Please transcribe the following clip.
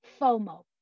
FOMO